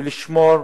ולשמור,